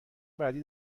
بعدی